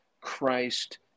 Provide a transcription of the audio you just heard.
christ